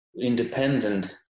independent